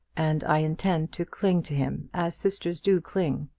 and i intend to cling to him as sisters do cling.